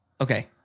Okay